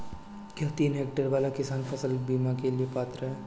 क्या तीन हेक्टेयर वाला किसान फसल बीमा के लिए पात्र हैं?